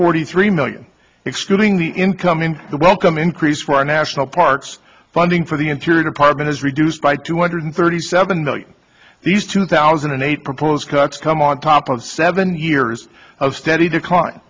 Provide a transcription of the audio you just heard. forty three million excluding the incoming the welcome increase for our national parks funding for the interior department is reduced by two hundred thirty seven million these two thousand and eight proposed cuts come on top of seven years of steady decline